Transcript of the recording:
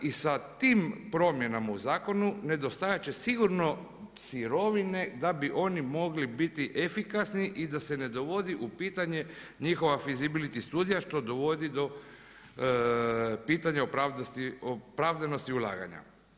I sa tim promjenama u zakonu nedostajat će sigurno sirovine da bi oni mogli biti efikasni i da se ne dovodi u pitanje njihova feasibility studija što dovodi do pitanja opravdanosti ulaganja.